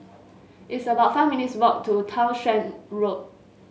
it's about five minutes' walk to Townshend Road